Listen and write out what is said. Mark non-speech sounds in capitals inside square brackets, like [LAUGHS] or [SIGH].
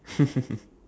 [LAUGHS]